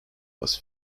was